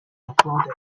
applauded